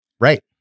Right